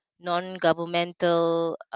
non-governmental